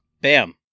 Bam